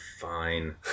fine